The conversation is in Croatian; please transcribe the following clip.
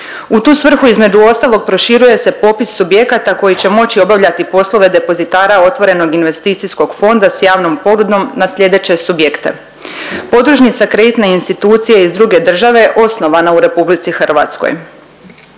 U tu svrhu između ostalog proširuje se popis subjekata koji će moći obavljati poslove depozitara otvorenog investicijskog fonda s javnom ponudom na slijeće subjekte. Podružnica kreditne institucije iz druge države osnovana u RH, zatim